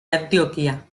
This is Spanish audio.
antioquia